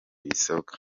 bisabwa